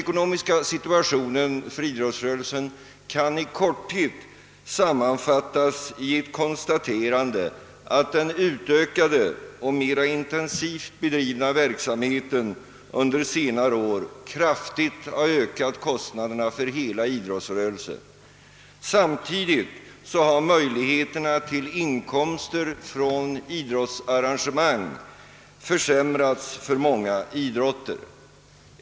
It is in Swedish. Idrottsrörelsens ekonomiska situation kan i korthet sammanfattas i ett konstaterande att den utökade och mera intensivt bedrivna verksamheten under senare år kraftigt ökat kostnaderna för hela idrottsrörelsen. Samtidigt har möjligheterna till inkomster från idrottsarrangemang försämrats för många idrotter.